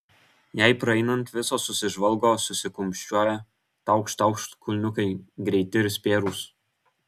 jai praeinant visos susižvalgo susikumščiuoja taukšt taukšt kulniukai greiti ir spėrūs